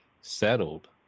settled